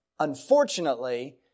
Unfortunately